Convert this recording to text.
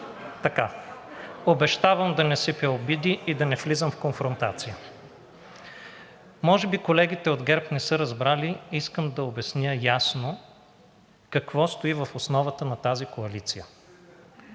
дебат? Обещавам да не сипя обиди и да не влизам в конфронтация. Може би колегите от ГЕРБ не са разбрали – искам да обясня ясно какво стои в основата на тази коалиция.